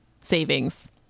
savings